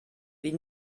wie